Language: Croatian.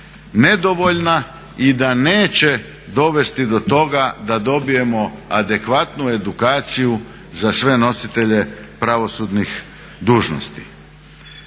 nedovoljna i da neće dovesti do toga da dobijemo adekvatnu edukaciju za sve nositelje pravosudnih dužnosti.